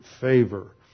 favor